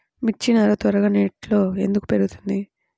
మిర్చి నారు త్వరగా నెట్లో ఎందుకు పెరుగుతుంది?